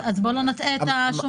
אז בוא לא נטעה את השומעים.